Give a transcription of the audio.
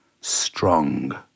strong